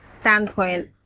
standpoint